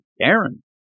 Aaron